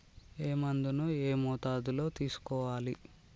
ఏ మందును ఏ మోతాదులో తీసుకోవాలి?